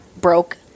broke